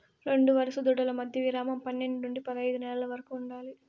రెండు వరుస దూడల మధ్య విరామం పన్నేడు నుండి పదైదు నెలల వరకు ఉండాలి